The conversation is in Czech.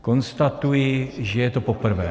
Konstatuji, že je to poprvé.